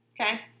Okay